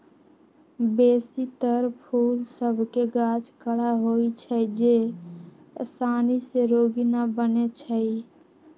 बेशी तर फूल सभ के गाछ कड़ा होइ छै जे सानी से रोगी न बनै छइ